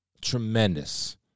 Tremendous